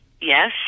yes